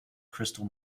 crystal